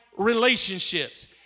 relationships